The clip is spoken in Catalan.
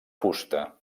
fusta